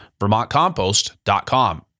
VermontCompost.com